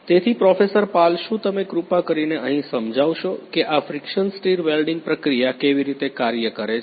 તેથી પ્રોફેસર પાલ શું તમે કૃપા કરીને અહીં સમજાવશો કે આ ફ્રિકશન સ્ટિર વેલ્ડિંગ પ્રક્રિયા કેવી રીતે કાર્ય કરે છે